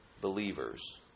believers